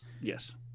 Yes